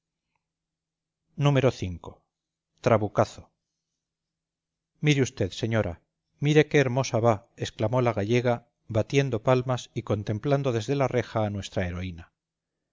de preciados v trabucazo mire usted señora mire qué hermosa va exclamó la gallega batiendo palmas y contemplando desde la reja a nuestra heroína